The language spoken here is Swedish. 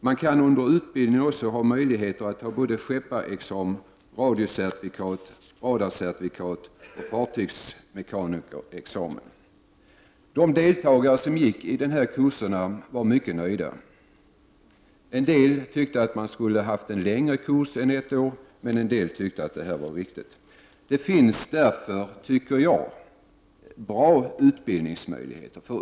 Man har under utbildningen också möjlighet att ta både skepparexamen, radiocertifikat, radarcertifikat och fartygsmekanikerexamen. De som deltog i dessa kurser var mycket nöjda. En del tyckte att kursen skulle ha varit längre än ett år, medan en del tyckte att kursen hade den riktiga längden. Det finns därför, anser jag, bra utbildningsmöjligheter.